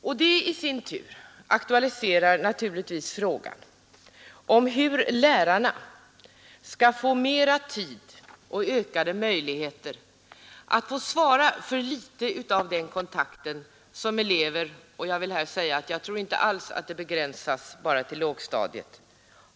Och det i sin tur aktualiserar naturligtvis frågan om hur lärarna skall få mera tid och ökade möjligheter att svara för litet av den kontakt som eleverna har behov av. Jag vill här säga att jag inte alls tror att kontaktbehovet är begränsat bara till lågstadiet.